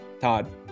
Todd